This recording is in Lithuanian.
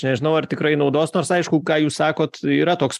nežinau ar tikrai naudos nors aišku ką jūs sakot yra toks